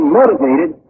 motivated